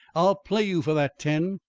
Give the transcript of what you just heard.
i'll play you for that ten.